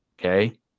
okay